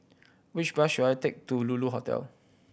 which bus should I take to Lulu Hotel